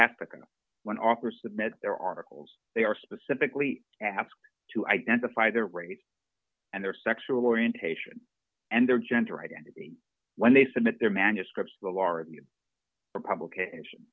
and when opera submit their articles they are specifically asked to identify their race and their sexual orientation and their gender identity when they submit their manuscripts the large publication